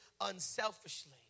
unselfishly